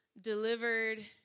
delivered